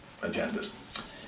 agendas